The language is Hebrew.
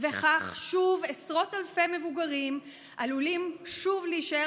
וכך שוב עשרות אלפי מבוגרים עלולים שוב להישאר